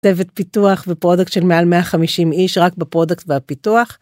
צוות פיתוח ופרודקט של מעל 150 איש רק בפרודקט והפיתוח.